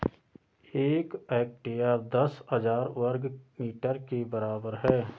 एक हेक्टेयर दस हजार वर्ग मीटर के बराबर है